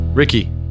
Ricky